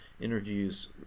interviews